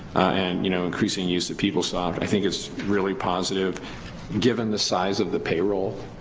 and you know increasing use of peoplesoft, i think it's really positive given the size of the payroll.